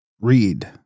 Read